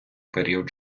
період